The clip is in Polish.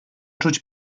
czuć